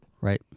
Right